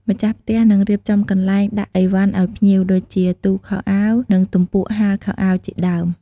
ម្ចាស់ផ្ទះនឹងរៀបចំកន្លែងដាក់ឥវ៉ាន់ឲ្យភ្ញៀវ ដូចជា ទូខោអាវ និង ទំពក់ហាលខោអាវជាដើម។